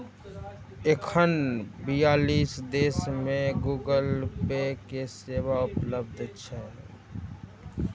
एखन बियालीस देश मे गूगल पे के सेवा उपलब्ध छै